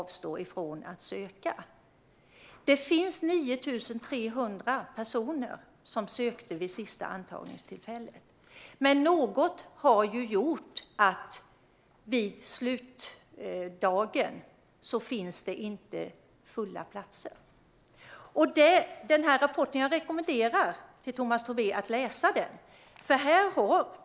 Vid det senaste antagningstillfället var det 9 300 personer som sökte. Men det är något som har lett till att alla platser inte var fulla på slutdagen. Jag rekommenderar Tomas Tobé att läsa den här rapporten som jag visar för ledamöterna i kammaren.